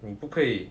你不可以